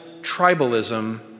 tribalism